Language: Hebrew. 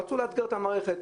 רצו לאתגר את המערכת.